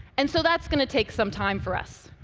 and so that's going to take some time for us.